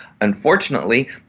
Unfortunately